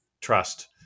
trust